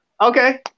Okay